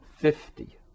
fifty